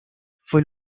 fue